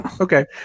Okay